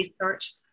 research